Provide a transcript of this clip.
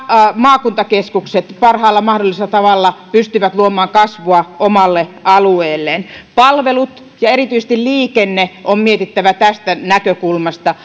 maakuntakeskukset parhaalla mahdollisella tavalla pystyvät luomaan kasvua omalle alueelleen palvelut ja erityisesti liikenne on mietittävä tästä näkökulmasta